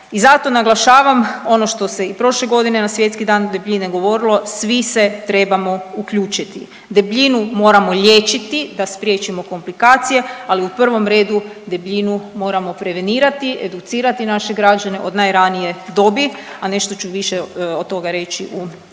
I zato naglašavam ono što se i prošle godine na Svjetski dan debljine govorilo, svi se trebamo uključiti, debljinu moramo liječiti da spriječimo komplikacije, ali u prvom redu debljinu moramo prevenirati, educirati naše građane od najranije dobi. A nešto ću više od toga reći u